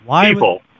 people